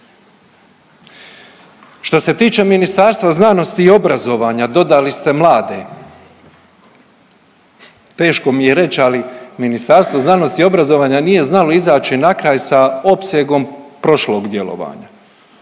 Što se tiče Ministarstva znanosti i obrazovanja, dodali ste mlade. Teško mi je reći, ali Ministarstvo znanosti i obrazovanja nije znalo izaći na kraj sa opsegom prošlog djelovanja.